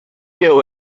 know